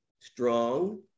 strong